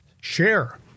share